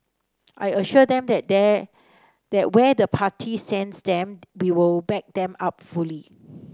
I assured them that there there where the party sends them we will back them up fully